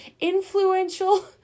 influential